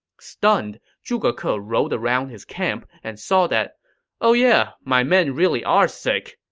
stunned, zhuge ke ah rode around his camp and saw that oh yeah, my men really are sick.